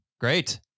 Great